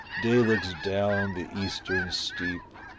day looks down the eastern steep,